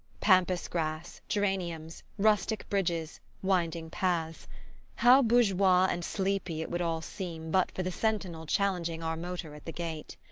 pampas-grass, geraniums, rustic bridges, winding paths how bourgeois and sleepy it would all seem but for the sentinel challenging our motor at the gate!